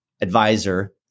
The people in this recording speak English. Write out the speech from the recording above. advisor